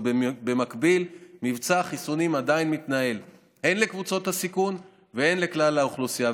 ובמקביל מבצע החיסונים מתנהל הן לקבוצות הסיכון והן לכלל האוכלוסייה.